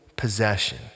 possession